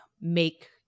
make